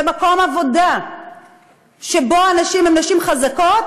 ובמקום עבודה שבו הנשים הן נשים חזקות,